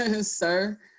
Sir